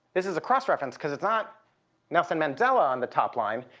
this is a cross-reference because it's not nelson mandela on the top line,